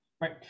right